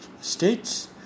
States